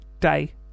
day